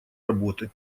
работы